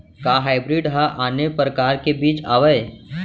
का हाइब्रिड हा आने परकार के बीज आवय?